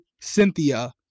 Cynthia